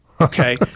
Okay